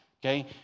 Okay